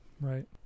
Right